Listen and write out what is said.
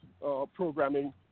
programming